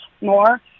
more